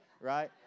right